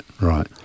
right